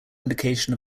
indication